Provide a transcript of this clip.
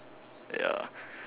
ya